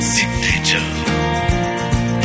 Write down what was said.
Signature